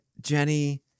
Jenny